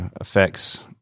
affects